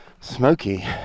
smoky